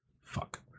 Fuck